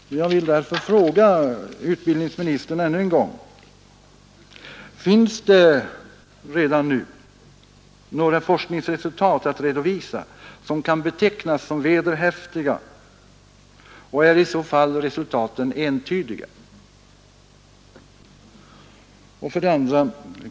Jag vill därför fråga utbildningsministern ännu en gång: Finns det redan nu några forskningsresultat att redovisa som kan betecknas som vederhäftiga, och är i så fall resultaten entydiga?